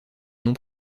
nom